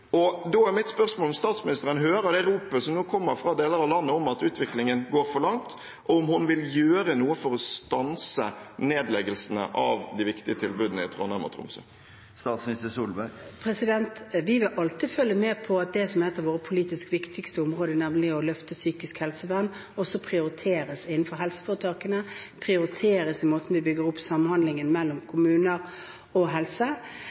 Da er mitt spørsmål: Hører statsministeren det ropet som nå kommer fra deler av landet om at utviklingen går for langt, og vil hun gjøre noe for å stanse nedleggelsene av de viktige tilbudene i Trondheim og Tromsø? Vi vil alltid følge med på om det som er et av våre politisk viktigste områder, nemlig å løfte psykisk helsevern, også prioriteres innenfor helseforetakene, prioriteres i måten vi bygger opp samhandlingen mellom kommuner og